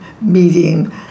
meeting